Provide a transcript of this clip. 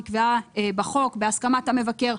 נקבעה בחוק, בהסכמת המבקר.